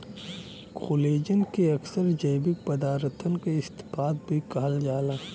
collagen के अक्सर जैविक पदारथन क इस्पात भी कहल जाला